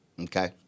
Okay